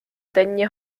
denně